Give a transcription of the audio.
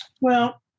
Well-